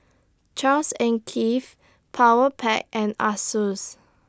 Charles and Keith Powerpac and Asus